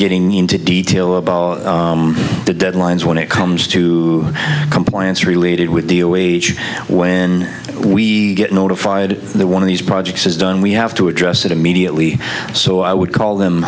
getting into detail about the deadlines when it comes to compliance related with the a wage when we get notified that one of these projects is done we have to address it immediately so i would call them